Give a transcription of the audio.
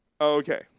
Okay